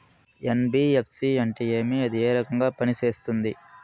NBFC అంటే ఏమి అది ఏ రకంగా పనిసేస్తుంది